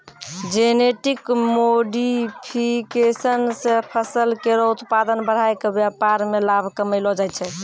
genetic modification सें फसल केरो उत्पादन बढ़ाय क व्यापार में लाभ कमैलो जाय छै